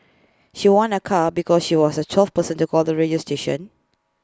she won A car because she was the twelfth person to call the radio station